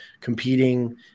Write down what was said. competing